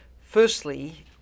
Firstly